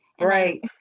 Right